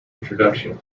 introduction